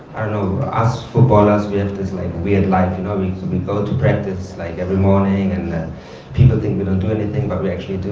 know, as footballers, we have this like weird and life. you know i mean so we go to practice like every morning, and people think we don't do anything but we actually do,